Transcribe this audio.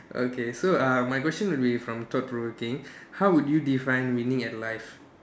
okay so uh my question will be from thought provoking how would you define winning in life